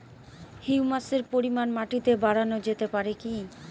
হিউমাসের পরিমান মাটিতে বারানো যেতে পারে কি?